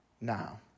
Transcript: now